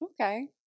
Okay